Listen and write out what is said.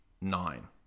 nine